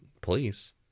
police